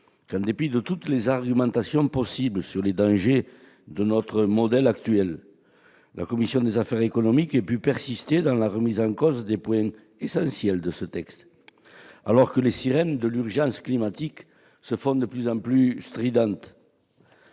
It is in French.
qu'en dépit de toutes les argumentations possibles sur les dangers de notre modèle actuel, la commission des affaires économiques ait pu persister dans la remise en cause des points essentiels du texte, alors que les sirènes de l'urgence climatique se font de plus en plus stridentes